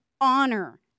honor